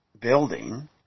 Building